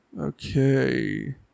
Okay